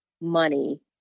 money